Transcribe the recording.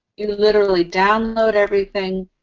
you literally download everything,